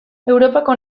europako